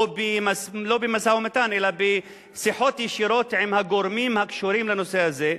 לא במשא-ומתן אלא בשיחות ישירות עם הגורמים הקשורים לנושא הזה,